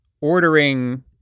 ordering